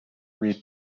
read